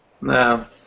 No